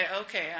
okay